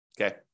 Okay